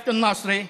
יאפת אלנאצרה,